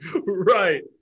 Right